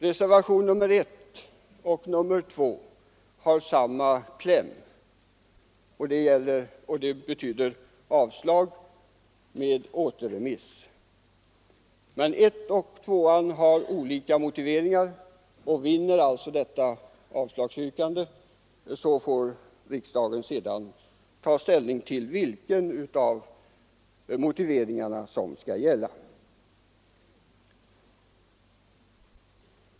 Reservationerna I och 2 har samma kläm, innebärande avslag på lagförslagen och återremiss. Men de båda reservationerna har olika motivering, och vinner avslagsyrkandet får riksdagen alltså sedan ta ställning till vilken av motiveringarna som skall gälla.